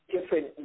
different